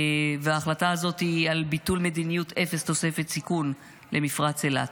וההחלטה הזאת היא על ביטול מדיניות "אפס תוספת סיכון" למפרץ אילת.